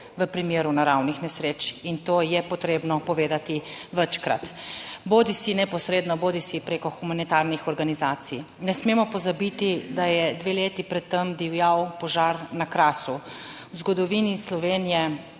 v primeru naravnih nesreč, in to je potrebno povedati večkrat, bodisi neposredno bodisi preko humanitarnih organizacij. Ne smemo pozabiti, da je dve leti pred tem divjal požar na Krasu. V zgodovini Slovenije